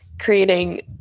creating